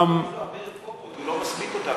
והפעם, יש לו הרבה רפורמות, הוא לא מספיק אותן.